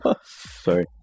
Sorry